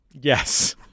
Yes